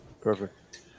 Perfect